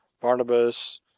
Barnabas